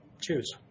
Choose